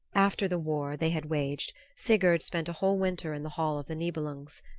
after the war they had waged sigurd spent a whole winter in the hall of the nibelungs.